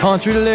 Country